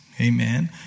Amen